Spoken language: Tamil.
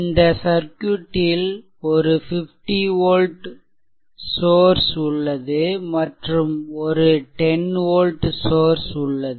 இந்த சர்க்யூட்டில் ஒரு 50 வோல்ட் சோர்ஸ் மற்றும் ஒரு 10 வோல்ட் சோர்ஸ் இருக்கிறது